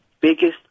biggest